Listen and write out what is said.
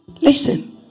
Listen